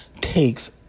takes